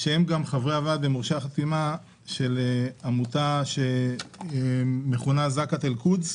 שהם גם חברי הוועד ומורשי החתימה של עמותה שמכונה "זכאאת אל קודס"